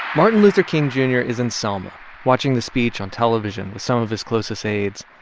martin luther king jr. is in selma watching the speech on television with some of his closest aides.